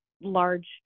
large